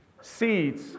Seeds